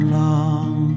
long